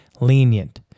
lenient